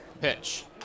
Pitch